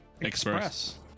express